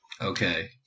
Okay